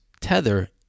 Tether